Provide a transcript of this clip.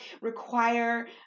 require